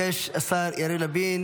השר יריב לוין